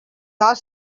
not